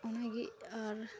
ᱚᱱᱟᱜᱮ ᱟᱨ